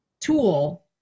tool